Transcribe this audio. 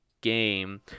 game